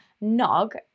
nog